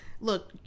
Look